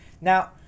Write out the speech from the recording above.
Now